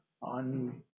on